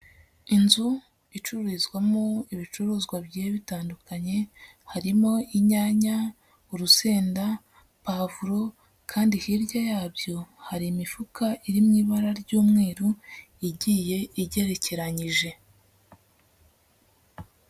Inzu icururizwamo ibicuruzwa bigiye bitandukanye, harimo inyanya, urusenda, pavuro kandi hirya yabyo hari imifuka iri mu ibara ry'umweru igiye igerekeranyije.